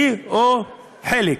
או חלק.